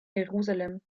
jerusalem